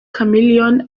chameleone